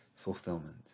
fulfillment